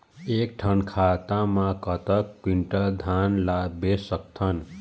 एक ठन खाता मा कतक क्विंटल धान ला बेच सकथन?